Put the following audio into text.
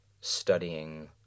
studying